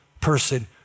person